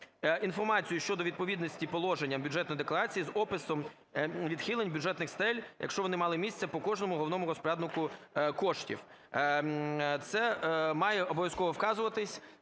"Інформацію щодо відповідності положення Бюджетної декларації з описом відхилень бюджетних стель (якщо вони мали місце) по кожному головному розпоряднику коштів. Це має обов'язково вказуватись,